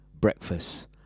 breakfast